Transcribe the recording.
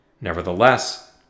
Nevertheless